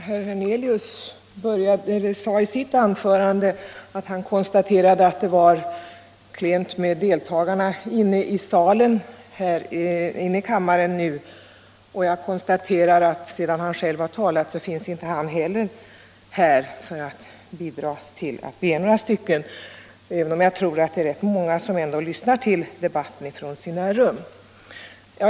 Herr talman! Herr Hernelius konstaterade i sitt anförande att det var få ledamöter i kammaren. Jag konstaterar att sedan han själv talat finns inte heller han kvar för att se till att vi är några stycken här. Men jag tror att rätt många ledamöter lyssnar till debatten på sina rum.